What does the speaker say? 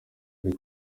ari